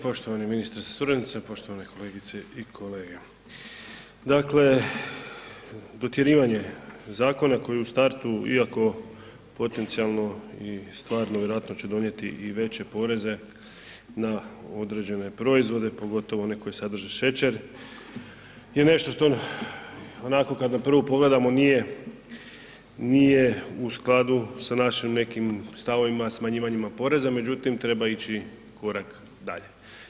Poštovani ministre sa suradnicima, poštovane kolegice i kolege, dakle dotjerivanje zakona koji je u startu iako potencijalno i stvarno vjerojatno će donijeti i veće poreze na određene proizvode pogotovo one koji sadrže šećer, je nešto što onako kad na prvu pogledamo nije, nije u skladu sa našim nekim stavovima smanjivanjima poreza, međutim treba ići korak dalje.